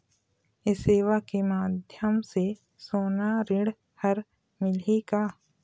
ये सेवा के माध्यम से सोना ऋण हर मिलही का?